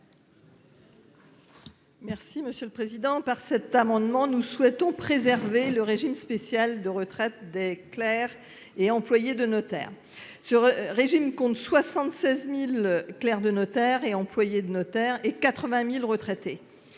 l'amendement n° 669. Par cet amendement, nous souhaitons préserver le régime spécial de retraite des clercs et employés de notaire. Ce régime compte 76 000 clercs et employés de notaire et 80 000 retraités.